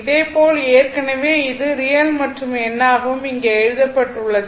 இதே போல் ஏற்கனவே இது ரியல் மற்றும் எண் ஆகவும் இங்கே எழுதப்பட்டுள்ளது